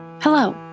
Hello